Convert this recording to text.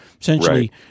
essentially